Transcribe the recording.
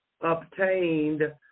obtained